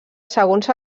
segons